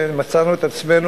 מצאנו את עצמנו,